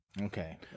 Okay